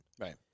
Right